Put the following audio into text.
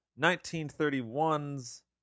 1931's